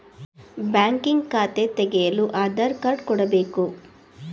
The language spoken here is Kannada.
ಬ್ಯಾಂಕಿಂಗ್ ಖಾತೆ ತೆಗೆಯಲು ಆಧಾರ್ ಕಾರ್ಡ ಕೊಡಬೇಕು